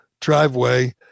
driveway